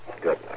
Good